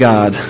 God